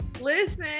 Listen